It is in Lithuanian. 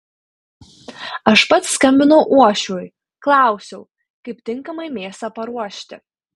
aš pats skambinau uošviui klausiau kaip tinkamai mėsą paruošti